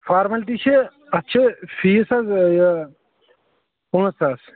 formality چھِ اَتھ چھِ فیٖس حظ یہِ پانٛژھ ساس